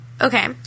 Okay